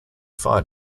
fire